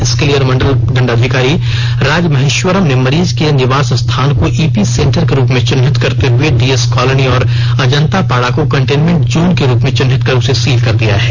इसके लिए अनुमंडल दंडाधिकारी राज महेश्वरम ने मरीज के निवास स्थान को ईपी सेंटर के रूप में चिह्नित करते हुए डीएस कॉलोनी और अजंतापाड़ा को कंटेनमेंट जोन के रुप में चिहित कर उसे सील कर दिया है